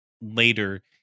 later